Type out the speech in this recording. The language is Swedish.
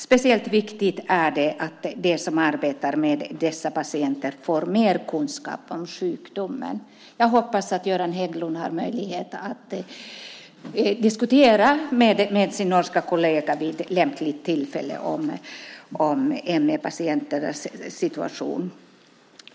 Speciellt viktigt är det att de som arbetar med dessa patienter får mer kunskap om sjukdomen. Jag hoppas att Göran Hägglund har möjlighet att diskutera med sin norska kollega vid lämpligt tillfälle om ME-patienternas situation.